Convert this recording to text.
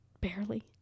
Barely